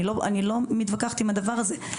אני לא מתווכחת עם הדבר הזה.